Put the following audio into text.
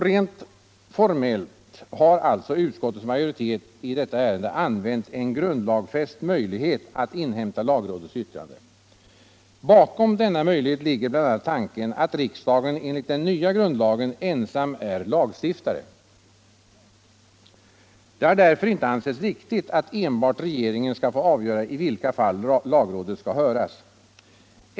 Rent formellt har alltså utskottets majoritet i detta ärende använt en grundlagsfäst möjlighet att inhämta lagrådets yttrande. Bakom denna möjlighet ligger bl.a. tanken att riksdagen enligt den nya grundlagen ensam är lagstiftare. Det har därför inte ansetts riktigt att enbart regeringen skall få avgöra i vilka fall lagrådet skall höras.